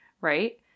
right